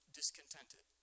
discontented